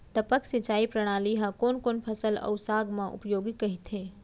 टपक सिंचाई प्रणाली ह कोन कोन फसल अऊ साग म उपयोगी कहिथे?